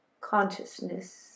consciousness